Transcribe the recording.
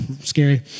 scary